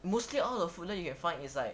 mostly all the food there you can find is like